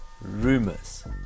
rumors